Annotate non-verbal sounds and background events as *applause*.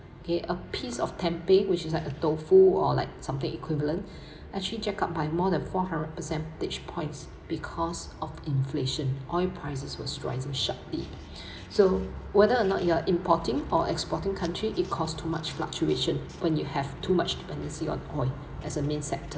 okay a piece of tempeh which is like a tofu or like something equivalent *breath* actually jack up by more than four hundred percentage points because of inflation oil prices was rising sharply so whether or not you are importing or exporting country it cost too much fluctuation when you have too much dependency on oil as a main sector